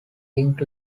link